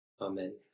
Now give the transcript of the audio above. Amen